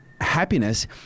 happiness